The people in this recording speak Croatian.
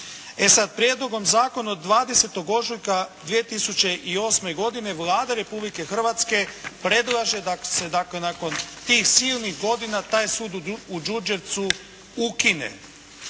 prijedlogom zakona od 20. ožujka 2008. godine Vlada Republike Hrvatske predlaže da se dakle, nakon tih silnih godina taj Sud u Đurđevcu ukine.